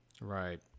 Right